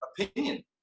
opinion